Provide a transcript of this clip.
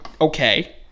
okay